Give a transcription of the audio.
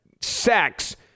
sex